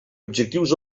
objectius